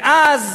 ואז